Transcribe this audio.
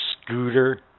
scooter